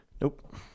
Nope